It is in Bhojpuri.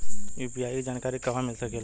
यू.पी.आई के जानकारी कहवा मिल सकेले?